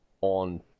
on